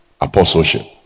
apostleship